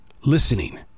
listening